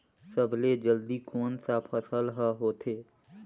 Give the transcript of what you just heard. सबले जल्दी कोन सा फसल ह होथे?